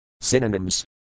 Synonyms